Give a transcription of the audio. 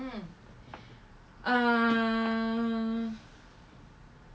ah